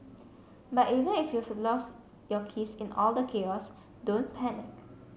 but even if you've lost your keys in all the chaos don't panic